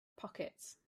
pockets